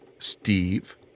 Steve